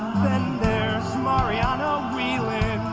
then there's marianna wheelan